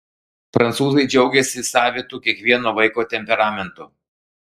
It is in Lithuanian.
prancūzai džiaugiasi savitu kiekvieno vaiko temperamentu